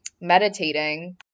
meditating